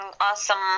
awesome